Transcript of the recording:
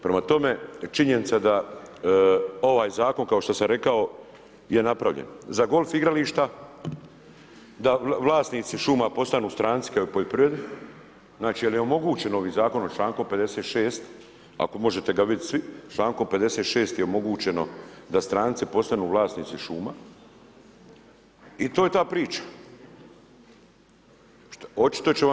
Prema tome, činjenica da ovaj zakon kao što sam rekao je napravljen za golf igrališta, da vlasnici šuma postanu stranci kao i u poljoprivredi, znači jel je omogućeno ovim zakonom člankom 56. ako možete ga vidjet svi, člankom 56. je omogućeno da stranci postanu vlasnici šuma i to je ta priča.